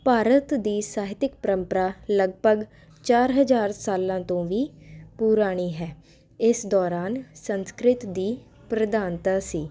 ਭਾਰਤ ਦੀ ਸਾਹਿਤਿਕ ਪ੍ਰੰਪਰਾ ਲਗਪਗ ਚਾਰ ਹਜ਼ਾਰ ਸਾਲਾਂ ਤੋਂ ਵੀ ਪੁਰਾਣੀ ਹੈ ਇਸ ਦੌਰਾਨ ਸੰਸਕ੍ਰਿਤ ਦੀ ਪ੍ਰਧਾਨਤਾ ਸੀ